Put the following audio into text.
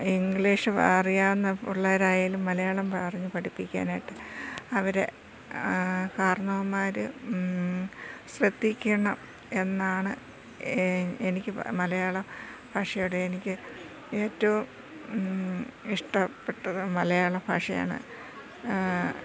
English അറിയാവുന്ന പിള്ളേരായാലും മലയാളം പറഞ്ഞു പഠിപ്പിക്കാനായിട്ട് അവരെ കാരണവന്മാർ ശ്രദ്ധിക്കണം എന്നാണ് എനിക്ക് മലയാളം ഭാഷയുടെ എനിക്ക് ഏറ്റവും ഇഷ്ടപ്പെട്ടത് മലയാള ഭാഷയാണ്